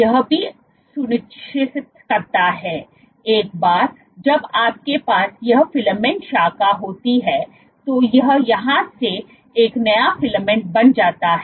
यह भी सुनिश्चित करता है एक बार जब आपके पास यह फिलामेंट शाखा होती है तो यह यहां से एक नया फिलामेंट बन जाता है